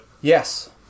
Yes